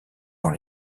dans